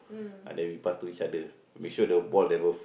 ah then we pass to each other make sure the ball never